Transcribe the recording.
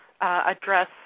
address